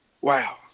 Wow